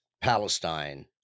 palestine